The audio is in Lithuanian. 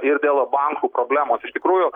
ir dėl bankų problemos iš tikrųjų